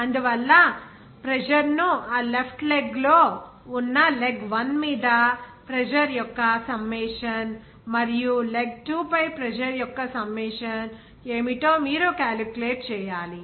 అందువల్ల ప్రెజర్ ను ఆ లెఫ్ట్ లెగ్ లో ఉన్న లెగ్ 1 మీద ప్రెజర్ యొక్క సమ్మేషన్ మరియు లెగ్ 2 పై ప్రెజర్ యొక్క సమ్మేషన్ ఏమిటో మీరు క్యాలిక్యులేట్ చేయాలి